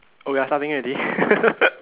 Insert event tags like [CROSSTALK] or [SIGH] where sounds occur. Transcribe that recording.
oh ya starting already [LAUGHS]